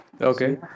Okay